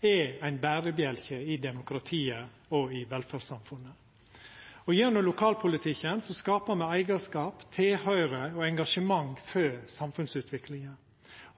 er ein berebjelke i demokratiet og i velferdssamfunnet. Gjennom lokalpolitikken skaper me eigarskap, tilhøyr og engasjement for samfunnsutviklinga